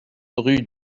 rue